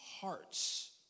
Hearts